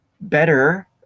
better